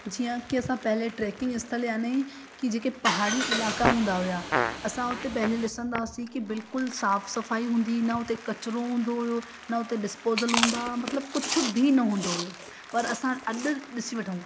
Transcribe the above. जीअं की असां पहिले ट्रैकिंग स्थल याने की जेके पहाड़ी इलाइक़ा हूंदा हुआ असां उते पहिले ॾिसंदा हुआसीं की बिल्कुलु साफ़ु सफ़ाई हूंदी न उते कचिरो हूंदो हुओ न हुते डिसपोज़ल हूंदा हुआ मतिलबु कुझु बि न हूंदो हुओ पर असां अॼु ॾिसी वठूं